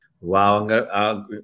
Wow